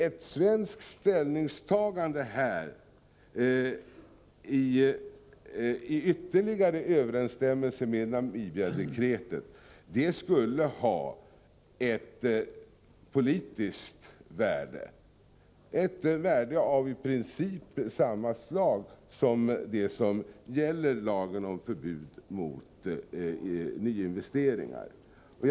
Ett svenskt ställningstagande i överensstämmelse med Namibiadekretet skulle ha ett politiskt värde, av i princip samma slag som det lagen om förbud mot nyinvesteringar har.